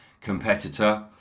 competitor